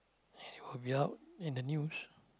and it will out in the news